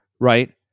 right